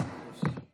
16:00.